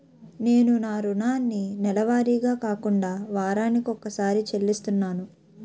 నేను నా రుణాన్ని నెలవారీగా కాకుండా వారాని కొక్కసారి చెల్లిస్తున్నాను